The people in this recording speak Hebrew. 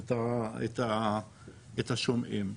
את השומעים.